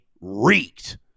reeked